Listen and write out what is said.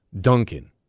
Duncan